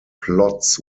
plots